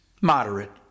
moderate